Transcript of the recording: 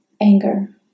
anger